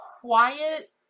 quiet